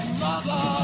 mother